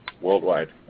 worldwide